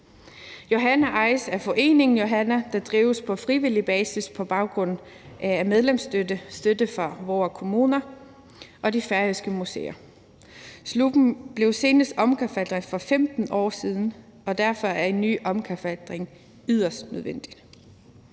»Johanna« ejes af foreningen Johanna TG 326, der drives på frivillig basis på baggrund af medlemsstøtte og støtte fra vores kommuner og de færøske museer. Sluppen blev senest omkalfatret for 15 år siden, og derfor er en ny omkalfatring yderst nødvendig.